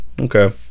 Okay